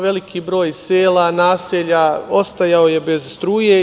Veliki broj sela, naselja ostajao je bez struje.